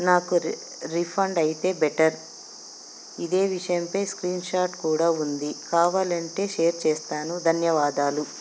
నాకు రి రీఫండ్ అయితే బెటర్ ఇదే విషయం పై స్క్రీన్షాట్ కూడా ఉంది కావాలి అంటే షేర్ చేస్తాను ధన్యవాదాలు